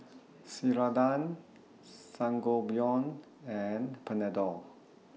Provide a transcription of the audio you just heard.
Ceradan Sangobion and Panadol